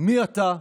"מי אתה?